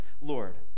lord